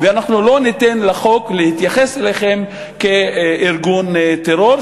ואנחנו לא ניתן לחוק להתייחס אליכם כאל ארגון טרור,